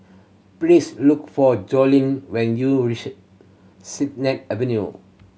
please look for Joellen when you reach Sennett Avenue